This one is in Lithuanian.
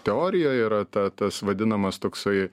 teorijoj yra ta tas vadinamas toksai